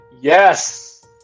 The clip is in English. Yes